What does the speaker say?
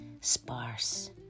sparse